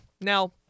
Now